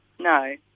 No